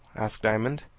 asked diamond.